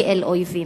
כאל אויבים.